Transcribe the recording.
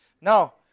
now